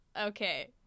Okay